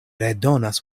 redonas